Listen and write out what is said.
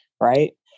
right